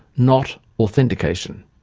not authentication.